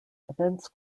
events